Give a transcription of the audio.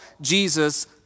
Jesus